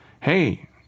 Hey